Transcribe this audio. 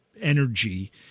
energy